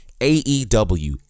AEW